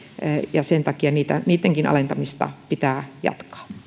ja sen takia niittenkin alentamista pitää